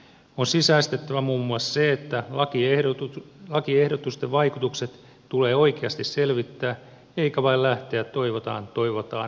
on sisäistettävä muun muassa se että lakiehdotusten vaikutukset tulee oikeasti selvittää eikä vain lähteä toivotaan toivotaan näkökulmasta